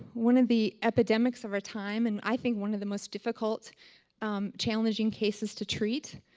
one of the epidemics of our time and i think one of the most difficult challenging cases to treat.